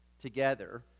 together